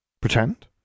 Pretend